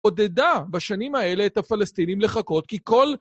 עודדה בשנים האלה את הפלסטינים לחכות כי כל...